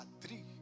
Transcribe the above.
three